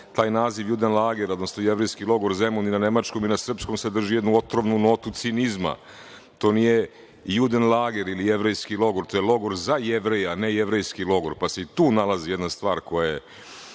taj naziv „Judenlager“, odnosno Jevrejski logor Zemun na nemačkom i na srpskom sadrži jednu otrovnu notu cinizma. To nije „Judenlager“ ili jevrejski logor. To je logor za Jevreje, a ne jevrejski logor, pa se i tu nalazi jedna stvar koju su